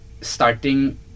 Starting